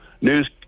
news